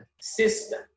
system